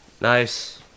Nice